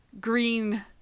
green